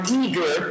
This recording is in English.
eager